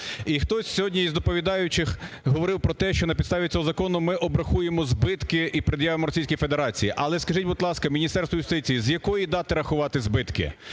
І хтось сьогодні із доповідаючих говорив про те, що на підставі цього закону ми обрахуємо збитки і пред'явимо Російській Федерації. Але скажіть, будь ласка, Міністерство юстиції, з якої дати рахувати збитки?